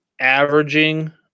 averaging